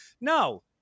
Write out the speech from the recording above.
No